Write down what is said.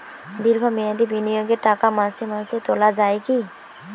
দীর্ঘ মেয়াদি বিনিয়োগের টাকা মাসে মাসে তোলা যায় কি?